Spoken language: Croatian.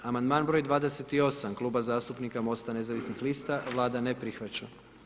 Amandman broj 28., Klub zastupnika MOST-a nezavisnih lista, Vlada ne prihvaća.